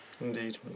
Indeed